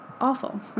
awful